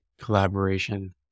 collaboration